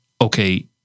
okay